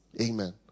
Amen